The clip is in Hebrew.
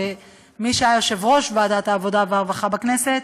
כמי שהיה יושב-ראש ועדת העבודה והרווחה בכנסת,